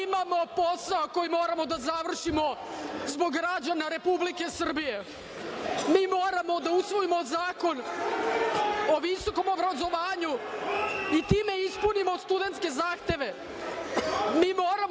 Mi imamo posao koji moramo da završimo zbog građana Republike Srbije, mi moramo da usvojimo zakon o visokom obrazovanju, i time ispunimo studentske zahteve,